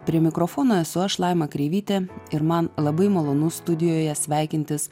prie mikrofono esu aš laima kreivytė ir man labai malonu studijoje sveikintis